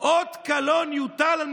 זו מטרתו של